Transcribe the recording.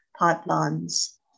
pipelines